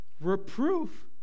Reproof